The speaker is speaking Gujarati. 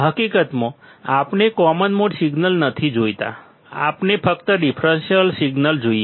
હકીકતમાં આપણે કોમન મોડ સિગ્નલ નથી જોઈતા આપણે ફક્ત ડિફરન્સીયલ સિગ્નલો જોઈએ છે